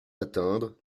atteindre